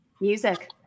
music